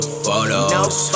photos